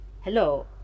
Hello